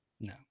No